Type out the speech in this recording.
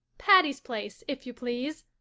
patty's place if you please!